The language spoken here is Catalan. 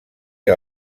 que